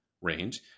range